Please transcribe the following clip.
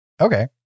Okay